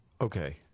Okay